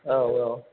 औ औ